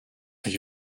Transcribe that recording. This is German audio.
ich